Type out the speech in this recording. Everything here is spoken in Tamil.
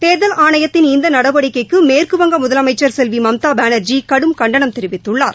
தேர்தல் ஆணையத்தின் இந்த நடவடிக்கைக்கு மேற்கு வங்க முதலமைச்சர் செல்வி மம்தா பானா்ஜி கடும் கண்டனம் தெரிவித்துள்ளார்